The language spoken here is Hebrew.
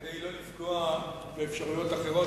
כדי שלא לפגוע באפשרויות אחרות,